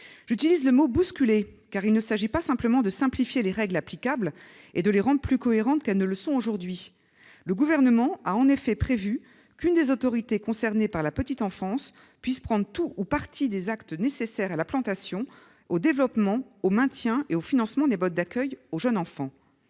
J'utilise le mot « bousculer », car il ne s'agit pas seulement de simplifier les règles applicables et de les rendre plus cohérentes qu'elles ne le sont aujourd'hui. Le Gouvernement a en effet prévu qu'une des autorités concernées par la petite enfance puisse prendre tout ou partie des actes nécessaires à l'implantation, au développement, au maintien et au financement des modes d'accueil du jeune enfant.